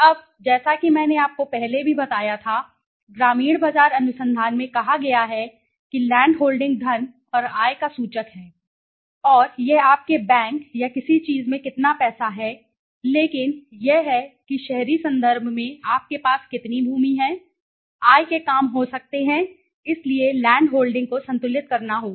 अब जैसा कि मैंने आपको पहले भी बताया था ग्रामीण बाजार अनुसंधान में कहा गया है कि लैंड होल्डिंग धन और आय का सूचक है और यह आपके बैंक या किसी चीज में कितना पैसा है लेकिन यह है कि शहरी संदर्भ में आपके पास कितनी भूमि है आय के काम हो सकते हैं इसलिए लैंड होल्डिंग को संतुलित करना होगा